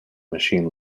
machine